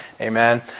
Amen